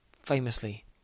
Famously